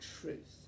truth